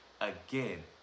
Again